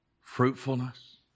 fruitfulness